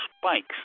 spikes